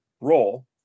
role